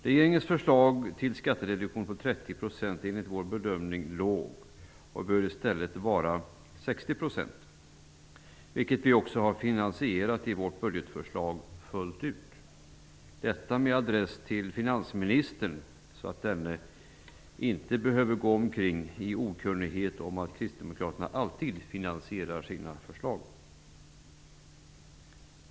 Regeringens förslag till skattereduktion på 30 % är enligt vår bedömning låg och bör i stället vara 60 %, vilket vi också har finansierat fullt ut i vårt budgetförslag - detta med adress till finansministern, så att denne inte behöver gå omkring i okunnighet om att kristdemokraterna alltid finansierar sina förslag.